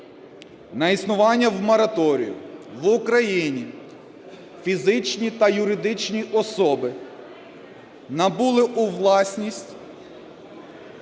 на існування в мораторію в Україні, фізичні та юридичні особи набули у власність